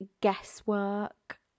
guesswork